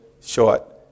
short